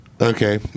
Okay